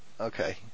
Okay